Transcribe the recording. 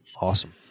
Awesome